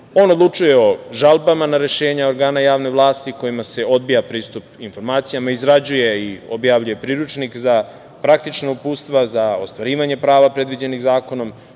odlučuje o žalbama na rešenja organa javne vlasti kojima se odbija pristup informacijama, izrađuje i objavljuje priručnik za praktična uputstva, za ostvarivanje prava predviđenim zakonom,